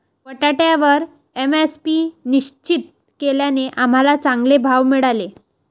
बटाट्यावर एम.एस.पी निश्चित केल्याने आम्हाला चांगले भाव मिळाले